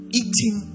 eating